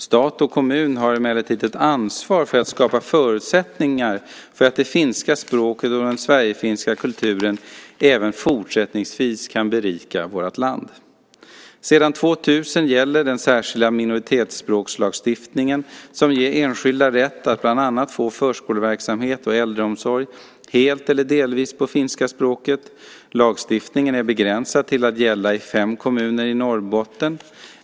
Stat och kommun har emellertid ett ansvar för att skapa förutsättningar för att det finska språket och den sverigefinska kulturen även fortsättningsvis kan berika vårt land. Sedan 2000 gäller den särskilda minoritetsspråkslagstiftningen som ger enskilda rätt att bland annat få förskoleverksamhet och äldreomsorg helt eller delvis på finska språket. Lagstiftningen är begränsad till att gälla i fem kommuner i Norrbotten.